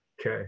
Okay